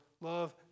love